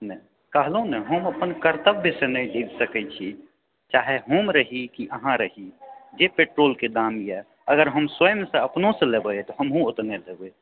नहि कहलहुँ ने हम अपन कर्तव्यसँ नहि झुकि सकैत छी चाहे हम रही की अहाँ रही जे पेट्रोलके दाम यऽ अगर हम स्वयंसँ अपनोसँ लेबै तऽ हमहुँ ओतने देबै